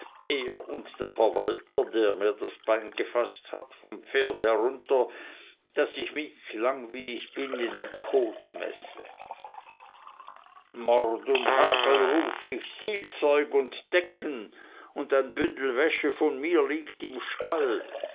er und der verwalter der mir das bein gefaßt hat vom pferd herunter daß ich mich lang wie ich bin in den kot messe mord hagel ruf ich sielzeug und decken liegen und ein bündel wäsche von mir im stall